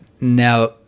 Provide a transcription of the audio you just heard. Now